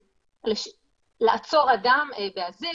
לעצור אדם באזיק.